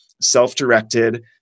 self-directed